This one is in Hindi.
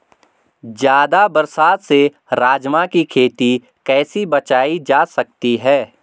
ज़्यादा बरसात से राजमा की खेती कैसी बचायी जा सकती है?